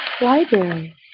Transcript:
library